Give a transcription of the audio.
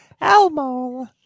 Elmo